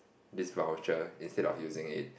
this voucher instead of using it